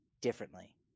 differently